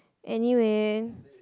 anyway